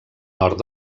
nord